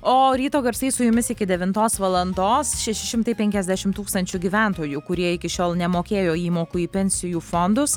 o ryto garsai su jumis iki devintos valandos šeši šimtai penkiasdešim tūkstančių gyventojų kurie iki šiol nemokėjo įmokų į pensijų fondus